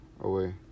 away